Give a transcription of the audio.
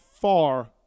far